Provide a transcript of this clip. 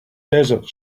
desert